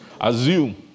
assume